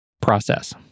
process